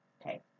Okay